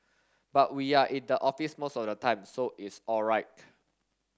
but we are in the office most of the time so it's all right